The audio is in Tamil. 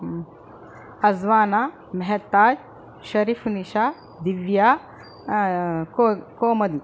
ஹஸ்வானா மெஹத்தாய் ஷெரிஃபுநிஷா திவ்யா கோ கோமதி